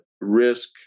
risk